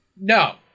No